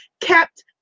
kept